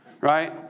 Right